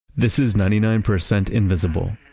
this is ninety nine percent invisible.